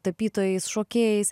tapytojais šokėjais